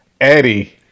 Eddie